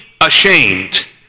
ashamed